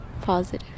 positive